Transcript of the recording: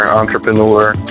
entrepreneur